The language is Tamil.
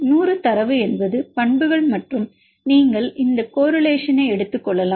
100 தரவு என்பது பண்புகள் மற்றும் நீங்கள் இந்த கோரிலேஷன் எடுத்துக்கொள்ளலாம்